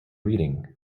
reading